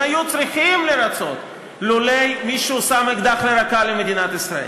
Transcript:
היו צריכים לרצות לולא הצמיד מישהו אקדח לרקה של מדינת ישראל.